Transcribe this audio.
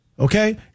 Okay